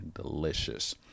delicious